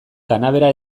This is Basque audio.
kanabera